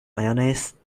mayonnaise